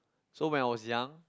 so when I was young